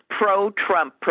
pro-Trump